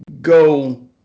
go